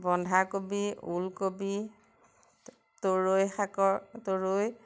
বন্ধাকবি ওলকবি তৰৈ শাকৰ তৰৈ